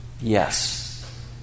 yes